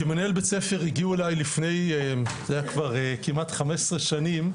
כמנהל בית ספר הגיעו אליי לפני כמעט 15 שנים